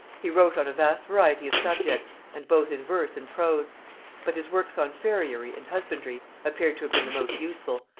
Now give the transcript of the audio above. he wrote on a vast variety of subjects, and both in verse and prose but his works on farriery and husbandry appear to have been the most useful,